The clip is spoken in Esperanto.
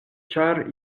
ĉar